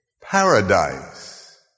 paradise